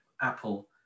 Apple